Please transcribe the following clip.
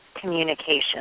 communication